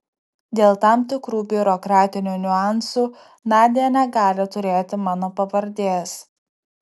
dėl tam tikrų biurokratinių niuansų nadia negali turėti mano pavardės